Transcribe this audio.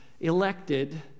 elected